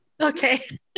Okay